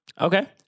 Okay